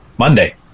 Monday